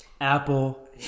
Apple